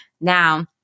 Now